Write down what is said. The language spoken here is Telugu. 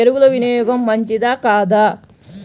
ఎరువుల వినియోగం మంచిదా కాదా?